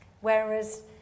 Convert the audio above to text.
Whereas